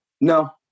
No